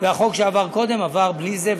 והחוק שעבר קודם עבר בלי זה.